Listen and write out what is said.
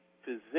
physician